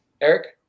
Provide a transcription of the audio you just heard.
Eric